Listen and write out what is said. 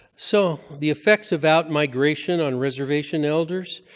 so the effects of out-migration on reservation elders